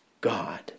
God